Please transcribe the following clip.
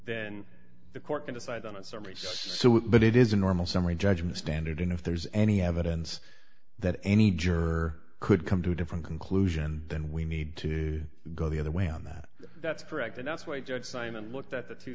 then the court can decide on a summary but it is a normal summary judgment standard and if there's any evidence that any juror could come to a different conclusion then we need to go the other way on that that's correct and that's why judge simon looked at the two